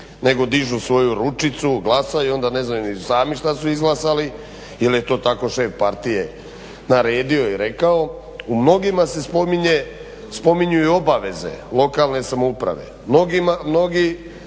nego dižu svoju ručicu, glasaju i onda ne znaju ni sami šta su izglasali jer je to tako šef partije naredio i rekao, u mnogima se spominju i obaveze lokalne samouprave.